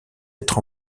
être